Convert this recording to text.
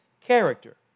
character